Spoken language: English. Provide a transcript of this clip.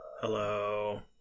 Hello